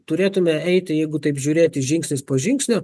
turėtume eiti jeigu taip žiūrėti žingsnis po žingsnio